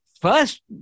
First